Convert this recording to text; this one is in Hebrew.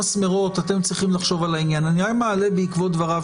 אני לא יכול להגיב על מה שאת אומרת.